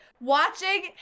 watching